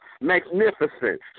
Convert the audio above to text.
Magnificent